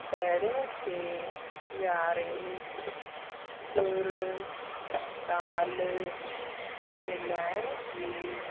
साहेड़ियुनि खे वियारे सुर ताल मिलाइण जी